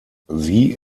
sie